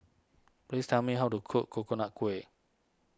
please tell me how to cook Coconut Kuih